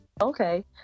okay